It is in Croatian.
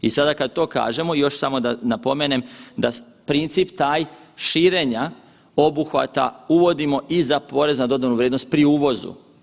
I sada kada to kažemo, još samo da napomenem da princip taj širenja obuhvata uvodimo i za porez na dodanu vrijednost pri uvozu.